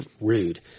rude